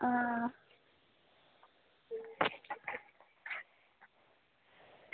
आं